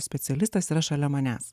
specialistas yra šalia manęs